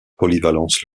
polyvalence